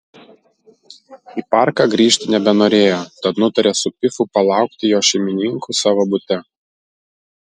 į parką grįžti nebenorėjo tad nutarė su pifu palaukti jo šeimininkų savo bute